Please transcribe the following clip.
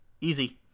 Easy